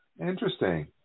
interesting